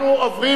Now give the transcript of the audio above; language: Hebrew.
אני מבין,